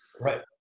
right